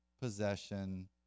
possession